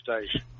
station